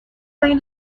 این